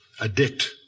addict